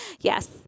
Yes